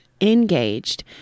engaged